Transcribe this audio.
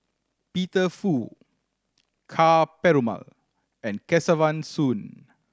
Peter Fu Ka Perumal and Kesavan Soon